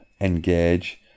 engage